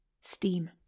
steam